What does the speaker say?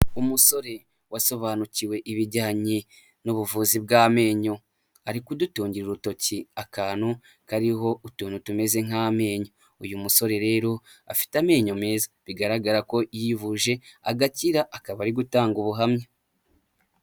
Umusore wasobanukiwe ibijyanye n'ubuvuzi bw'amenyo, ari kudutungira urutoki akantu kariho utuntu tumeze nk'amenyo. Uyu musore rero afite amenyo meza bigaragara ko yivuje agakira akaba ari gutanga ubuhamya.